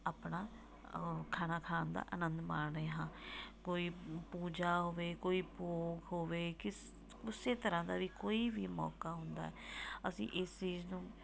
ਆਪਣਾ ਖਾਣਾ ਖਾਣ ਦਾ ਅਨੰਦ ਮਾਣ ਰਹੇ ਹਾਂ ਕੋਈ ਪੂਜਾ ਹੋਵੇ ਕੋਈ ਭੋਗ ਹੋਵੇ ਕਿਸ ਕਿਸੇ ਤਰ੍ਹਾਂ ਦਾ ਵੀ ਕੋਈ ਵੀ ਮੌਕਾ ਹੁੰਦਾ ਅਸੀਂ ਇਸ ਚੀਜ਼ ਨੂੰ